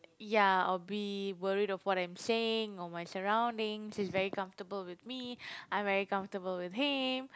ya or be worried of what I'm saying or my surroundings he's very comfortable with me I'm very comfortable with him